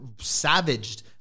savaged